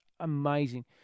Amazing